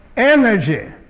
energy